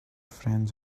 friends